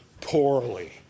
poorly